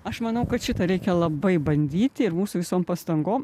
aš manau kad šitą reikia labai bandyti ir mūsų visom pastangom